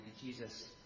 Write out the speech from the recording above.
Jesus